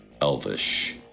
elvish